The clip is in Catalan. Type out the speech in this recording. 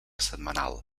setmanal